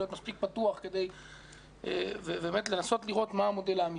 להיות מספיק פתוח ולנסות לראות מה המודל האמיתי.